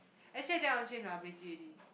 actually I want change my ability already